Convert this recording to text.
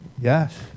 Yes